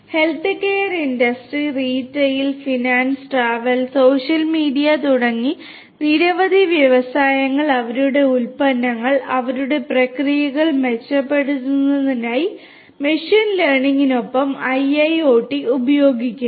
health care industry social media തുടങ്ങി നിരവധി വ്യവസായങ്ങൾ അവരുടെ ഉൽപ്പന്നങ്ങൾ അവരുടെ പ്രക്രിയകൾ മെച്ചപ്പെടുത്തുന്നതിനായി മെഷീൻ ലേണിംഗിനൊപ്പം IIoT ഉപയോഗിക്കുന്നു